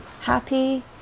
happy